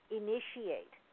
initiate